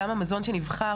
גם המזון שנבחר,